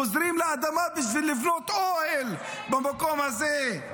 הם חוזרים לאדמה בשביל לבנות אוהל במקום הזה.